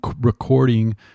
recording